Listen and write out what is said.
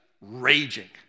raging